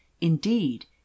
Indeed